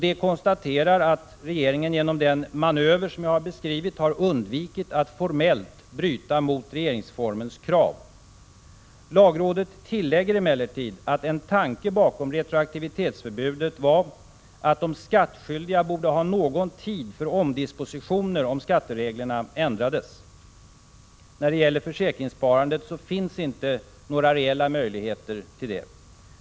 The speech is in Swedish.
Det konstaterar att regeringen genom den manöver jag beskrivit undviker att formellt bryta mot regeringsformens krav. Lagrådet tillägger emellertid att en tanke bakom retroaktivitetsförbudet var att de skattskyldiga borde ha någon tid för omdispositioner om skattereglerna ändrades. När det gäller försäkringssparandet finns inte några reella möjligheter till det.